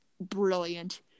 brilliant